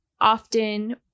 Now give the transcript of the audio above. Often